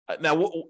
Now